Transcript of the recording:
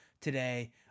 today